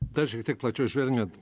dar šiek tiek plačiau žvelgiant